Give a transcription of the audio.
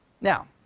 now